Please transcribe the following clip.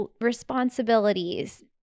responsibilities